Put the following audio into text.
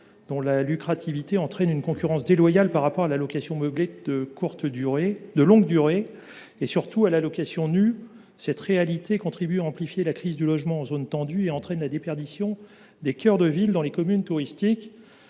caractère lucratif entraîne une concurrence déloyale par rapport à la location meublée de longue durée et, surtout, à la location nue. Cette réalité contribue à amplifier la crise du logement en zone tendue et entraîne une déperdition de logements dans les cœurs de ville des communes touristiques.